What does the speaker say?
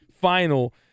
final